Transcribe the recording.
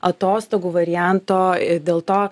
atostogų varianto dėl to